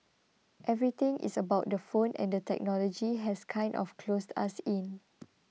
everything is about the phone and the technology has kind of closed us in